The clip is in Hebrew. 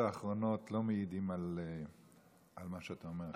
האחרונות לא מעיד על מה שאתה אומר עכשיו.